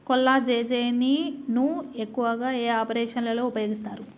కొల్లాజెజేని ను ఎక్కువగా ఏ ఆపరేషన్లలో ఉపయోగిస్తారు?